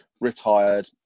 retired